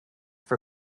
for